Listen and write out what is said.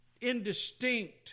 indistinct